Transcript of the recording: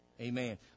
Amen